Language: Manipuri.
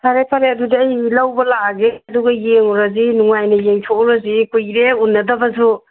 ꯐꯔꯦ ꯐꯔꯦ ꯑꯗꯨꯗꯤ ꯑꯩ ꯂꯧꯕ ꯂꯥꯛꯑꯒꯦ ꯑꯗꯨꯒ ꯌꯦꯡꯉꯨꯔꯁꯤ ꯅꯨꯡꯉꯥꯏꯅ ꯌꯦꯡꯊꯣꯛꯎꯔꯁꯤ ꯀꯨꯏꯔꯦ ꯎꯅꯗꯕꯁꯨ